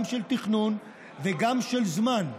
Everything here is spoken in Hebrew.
גם של תכנון וגם של זמן.